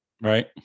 Right